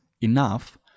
enough